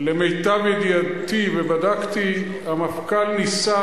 למיטב ידיעתי, ובדקתי, המפכ"ל ניסה